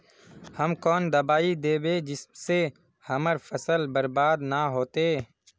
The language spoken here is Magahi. हम कौन दबाइ दैबे जिससे हमर फसल बर्बाद न होते?